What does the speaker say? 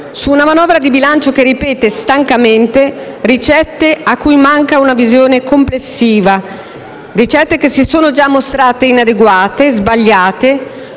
su una manovra di bilancio che ripete stancamente ricette cui manca una visione complessiva; ricette che si sono già mostrate inadeguate, sbagliate,